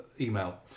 email